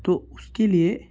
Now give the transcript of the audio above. تو اس کے لیے